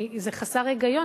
כי זה הרי חסר היגיון,